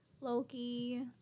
Loki